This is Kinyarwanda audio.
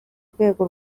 rwego